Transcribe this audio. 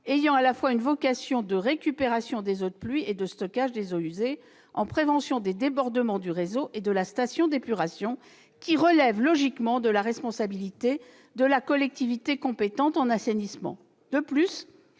ayant une vocation à la fois de récupération des eaux de pluie et de stockage des eaux usées en prévention des débordements du réseau et de la station d'épuration, qui relèvent logiquement de la responsabilité de la collectivité compétente au titre de l'assainissement. De plus,